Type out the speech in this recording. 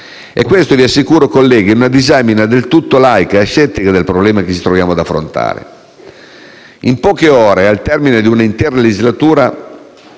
Colleghi, vi assicuro che questa è una disamina del tutto laica e asettica del problema che ci troviamo ad affrontare. In poche ore, al termine di un'intera legislatura,